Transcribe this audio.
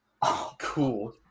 cool